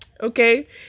okay